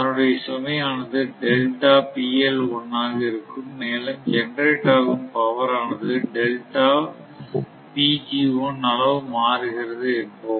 அதனுடைய சுமையானதுஆக இருக்கும் மேலும் ஜெனரேட் ஆகும் பவர் ஆனதுஅளவு மாறுகிறது என்போம்